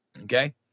okay